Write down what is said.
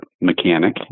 mechanic